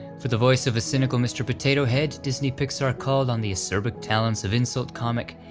for the voice of a cynical mr. potato head, disney-pixar called on the acerbic talents of insult comic,